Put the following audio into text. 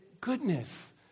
goodness